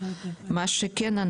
מה שכן,